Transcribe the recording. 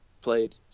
played